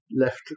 left